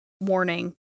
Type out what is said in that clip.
warning